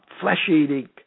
flesh-eating